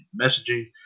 messaging